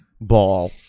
ball